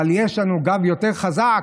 אבל יש לנו גב יותר חזק,